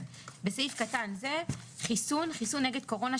" בסעיף קטן זה- "חיסון" חיסון נגד קורונה,